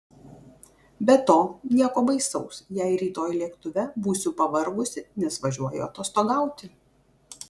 be to nieko baisaus jei rytoj lėktuve būsiu pavargusi nes važiuoju atostogauti